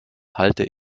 halte